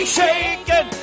shaken